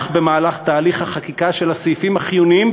כך במהלך תהליך החקיקה של הסעיפים החיוניים